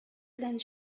белән